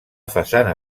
façana